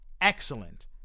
excellent